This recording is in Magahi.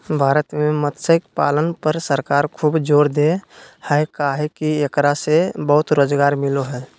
भारत में मत्स्य पालन पर सरकार खूब जोर दे हई काहे कि एकरा से बहुत रोज़गार मिलो हई